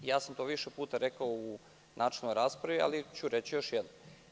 To sam više puta rekao u načelnoj raspravi, ali ću reći još jednom.